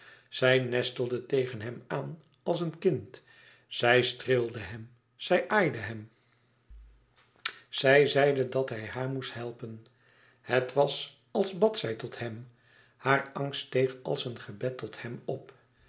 zij nestelde tegen hem aan als een kind zij streelde hem zij aaide hem zij zeide dat hij haar moest helpen het was als bad zij tot hem haar angst steeg als een gebed tot hem op